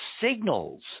signals